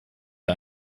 wir